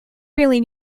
really